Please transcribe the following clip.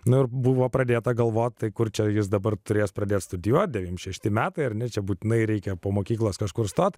nors buvo pradėta galvoti kur čia jis dabar turės pradėti studijuoti devym šešti metai ar ne čia būtinai reikia po mokyklos kažkur stoti